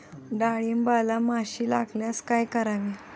डाळींबाला माशी लागल्यास काय करावे?